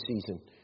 season